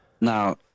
now